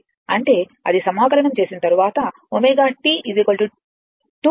అంటే ఇది సమాకలనం చేసిన తర్వాత ω t 2π